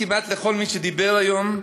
כמעט לכל מי שדיבר היום,